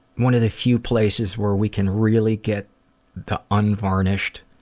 one of the few places where we can really get the unvarnished,